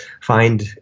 find